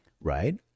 right